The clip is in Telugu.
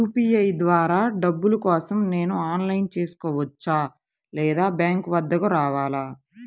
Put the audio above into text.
యూ.పీ.ఐ ద్వారా డబ్బులు కోసం నేను ఆన్లైన్లో చేసుకోవచ్చా? లేదా బ్యాంక్ వద్దకు రావాలా?